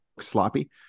sloppy